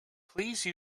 please